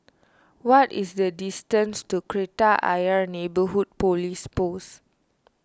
what is the distance to Kreta Ayer Neighbourhood Police Post